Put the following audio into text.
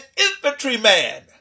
infantryman